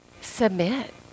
submit